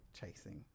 chasing